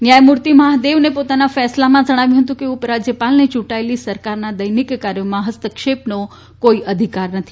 ન્યાયમૂર્તિ મહાદેવને પોતાના ફેંસલામાં જણાવ્યું હતું કે ઉપરાજ્યપાલને યૂંટાયેલી સરકારના દૈનિક કાર્યોમાં ફસ્તક્ષેપનો કોઈ અધિકાર નથી